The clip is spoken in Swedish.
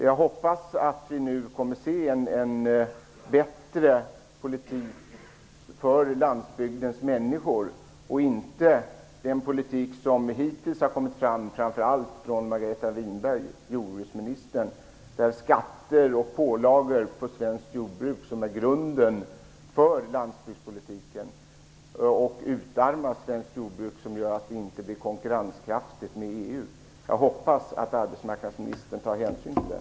Jag hoppas att vi nu kommer se en politik som är bättre för landsbygdens människor och inte den politik som hittills har kommit fram från framför allt jordbruksminister Margareta Winberg, där skatter och pålagor på svenskt jordbruk är grunden för landsbygdspolitiken. Detta utarmar svenskt jordbruk, vilket gör att jordbruket inte blir konkurrenskraftigt i EU. Jag hoppas att arbetsmarknadsministern tar hänsyn till det.